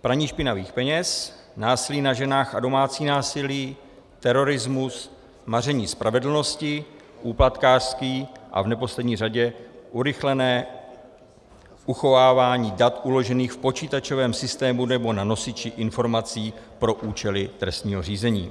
praní špinavých peněz, násilí na ženách a domácí násilí, terorismus, maření spravedlnosti, úplatkářství a v neposlední řadě urychlené uchovávání dat uložených v počítačovém systému nebo na nosiči informací pro účely trestního řízení.